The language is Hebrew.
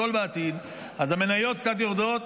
בעתיד, אז המניות קצת יורדות,